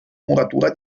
muratura